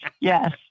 Yes